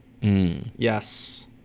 Yes